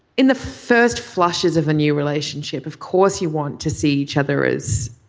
in the first flushes of a new relationship of course you want to see each other as